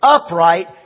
upright